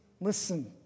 listen